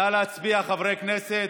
נא להצביע, חברי הכנסת.